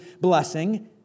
blessing